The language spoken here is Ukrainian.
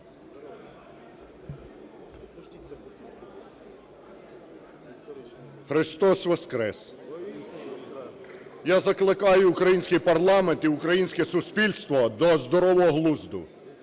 ЛЯШКО О.В. Я закликаю український парламент і українське суспільство до здорового глузду.